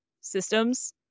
systems